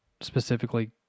specifically